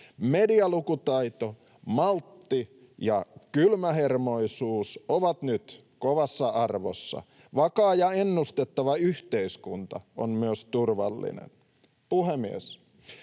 Medialukutaito, maltti ja kylmähermoisuus ovat nyt kovassa arvossa. Vakaa ja ennustettava yhteiskunta on myös turvallinen. Puhemies!